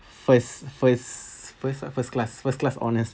first first first first class first class honours